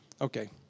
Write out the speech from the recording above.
Okay